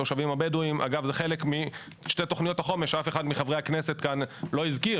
כדי לייצר לתושבים האלה את השירותים הכי בסיסים שאנשים זקוקים להם.